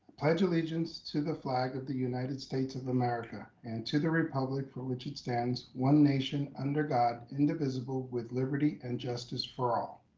pledge of allegiance to the flag of the united states of america and to the republic for which it stands one nation under god, indivisible with liberty and justice for all.